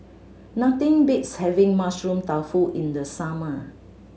nothing beats having Mushroom Tofu in the summer